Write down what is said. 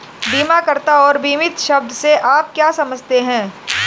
बीमाकर्ता और बीमित शब्द से आप क्या समझते हैं?